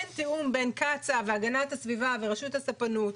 אין תיאום בין קצא"א והגנת הסביבה ורשות הספנות,